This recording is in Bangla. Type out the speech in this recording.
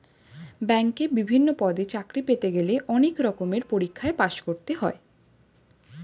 ব্যাংকে বিভিন্ন পদে চাকরি পেতে গেলে অনেক রকমের পরীক্ষায় পাশ করতে হয়